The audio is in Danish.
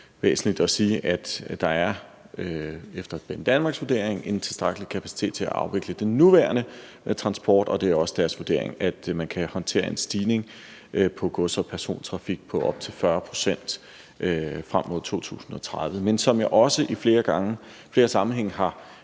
det er væsentligt at sige, at der efter Banedanmarks vurdering er en tilstrækkelig kapacitet til at afvikle den nuværende transport, og det er også deres vurdering, at man kan håndtere en stigning i gods- og persontrafikken på op til 40 pct. frem mod 2030. Men som jeg også i flere sammenhænge har